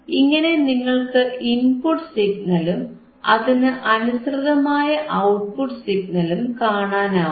ഇങ്ങനെ നിങ്ങൾക്ക് ഇൻപുട്ട് സിഗ്നലും അതിന് അനുസൃതമായ ഔട്ട്പുട്ട് സിഗ്നലും കാണാനാവും